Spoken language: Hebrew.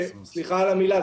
סליחה על המילה,